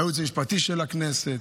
הייעוץ המשפטי של הכנסת.